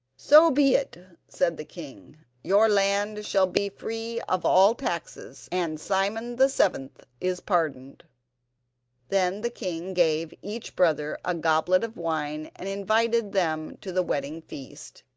so be it said the king your land shall be free of all taxes, and simon the seventh is pardoned then the king gave each brother a goblet of wine and invited them to the wedding feast.